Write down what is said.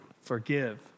Forgive